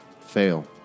Fail